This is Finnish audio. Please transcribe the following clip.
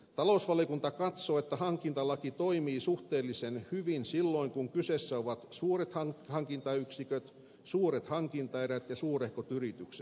talousvaliokunta katsoo että hankintalaki toimii suhteellisen hyvin silloin kun kyseessä ovat suuret hankintayksiköt suuret hankintaerät ja suurehkot yritykset